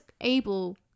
able